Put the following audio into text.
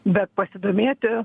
bet pasidomėti